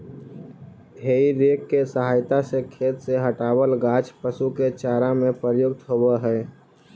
हेइ rake के सहायता से खेत से हँटावल गाछ पशु के चारा में प्रयुक्त होवऽ हई